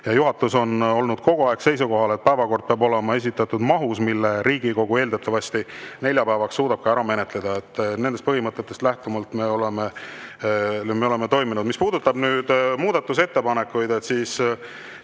Juhatus on olnud kogu aeg seisukohal, et päevakord peab olema esitatud mahus, mille Riigikogu eeldatavasti neljapäevaks suudab ära menetleda. Nendest põhimõtetest lähtuvalt me oleme toiminud. Mis puudutab muudatusettepanekuid, siis,